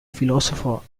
filosofo